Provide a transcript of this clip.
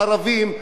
הערבים,